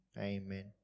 Amen